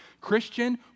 Christian